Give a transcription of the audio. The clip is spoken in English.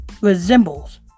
Resembles